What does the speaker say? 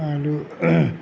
আৰু